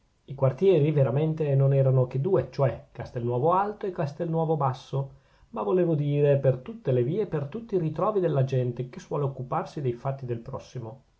i quartieri veramente non erano che due cioè castelnuovo alto e castelnuovo basso ma volevo dire per tutte le vie e per tutti i ritrovi della gente che suole occuparsi dei fatti del prossimo